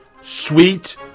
sweet